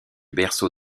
berceau